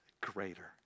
greater